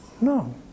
No